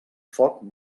foc